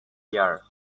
year